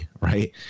right